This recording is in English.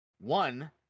one